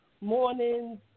mornings